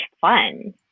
fun